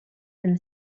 them